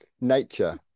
Nature